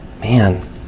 Man